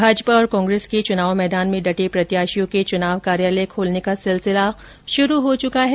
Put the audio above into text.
भाजपा और कांग्रेस के चुनाव मैदान में डटे प्रत्याशियों के चुनाव कार्यालय खोलने का सिलसिला शुरू हो चुका है